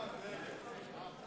ההסתייגויות של חבר הכנסת שלמה מולה